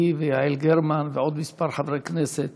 היא ויעל גרמן ועוד כמה חברי כנסת